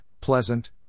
pleasant